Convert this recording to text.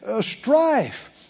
strife